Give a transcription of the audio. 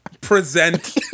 Present